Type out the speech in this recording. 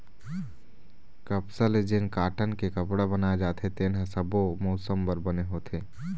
कपसा ले जेन कॉटन के कपड़ा बनाए जाथे तेन ह सब्बो मउसम बर बने होथे